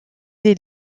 des